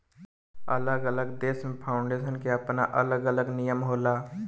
अलग अलग देश में फाउंडेशन के आपन अलग अलग नियम होखेला